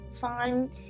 fine